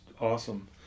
awesome